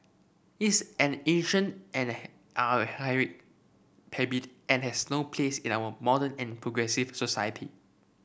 is an ancient and archaic habit and has no place in our modern and progressive society